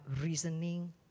reasoning